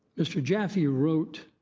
mr. jaffe wrote